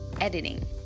editing